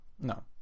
No